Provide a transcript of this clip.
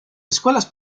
escuelas